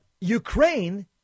Ukraine